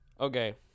Okay